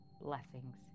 Blessings